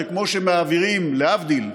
זה כמו שמעבירים, להבדיל,